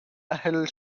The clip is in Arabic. أهل